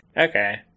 Okay